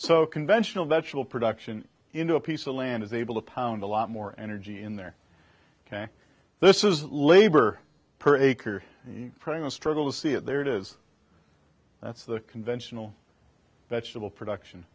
so conventional vegetable production into a piece of land is able to pound a lot more energy in there ok this is labor per acre printing a struggle to see it there it is that's the conventional vegetable production